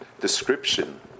description